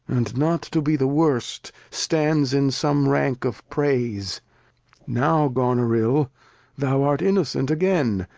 and not to be the worst, stands in some rank of praise now, goneril, thou art innocent agen,